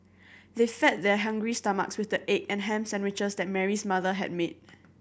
they fed their hungry stomachs with the egg and ham sandwiches that Mary's mother had made